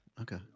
Okay